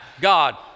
God